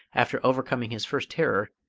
after overcoming his first terror,